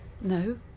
No